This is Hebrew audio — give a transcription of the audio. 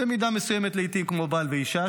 במידה מסוימת לעיתים כמו בעל ואישה,